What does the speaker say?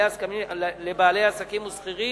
לבעלי עסקים ושכירים,